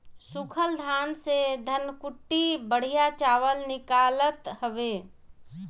सूखल धान से धनकुट्टी बढ़िया चावल निकालत हवे